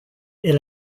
est